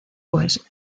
pues